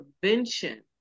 prevention